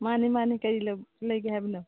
ꯃꯥꯟꯅꯤ ꯃꯥꯟꯅꯤ ꯀꯔꯤ ꯂꯩꯒꯦ ꯍꯥꯏꯕꯅꯣ